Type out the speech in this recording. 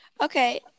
Okay